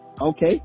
Okay